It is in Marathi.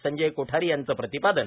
संजय कोठारी यांचं प्रतिपादन